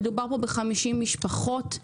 מדובר פה ב-50 משפחות,